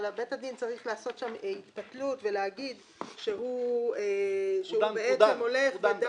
אבל בית הדין צריך לעשות שם התפתלות ולהגיד שהוא דן --- הוא דן בהם.